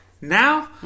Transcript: Now